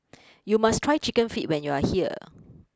you must try Chicken Feet when you are here